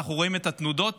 אנחנו רואים את התנודות,